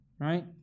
Right